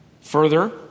Further